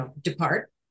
depart